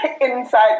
Inside